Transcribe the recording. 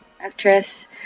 actress